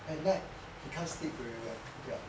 at night he can't sleep very well ya